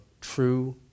true